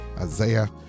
Isaiah